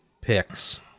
picks